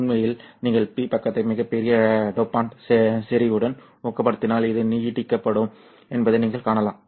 உண்மையில் நீங்கள் பி பக்கத்தை மிகப் பெரிய டோபன்ட் செறிவுடன் ஊக்கப்படுத்தினால் இது நீட்டிக்கப்படும் என்பதை நீங்கள் காணலாம்